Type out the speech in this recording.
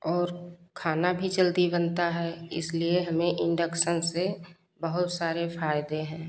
और खाना भी जल्दी बनता है इसलिए हमें इंडक्शन से बहुत सारे फ़ायदे हैं